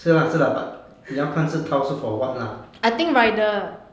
是啦是啦 but 你要看是陶出 for what lah